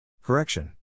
Correction